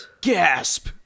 Gasp